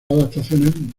adaptaciones